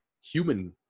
human